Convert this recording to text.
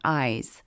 eyes